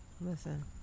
listen